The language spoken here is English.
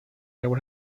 never